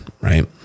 right